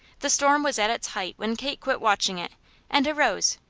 the storm was at its height when kate quit watching it and arose,